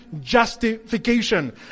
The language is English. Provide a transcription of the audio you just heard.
justification